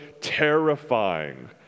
terrifying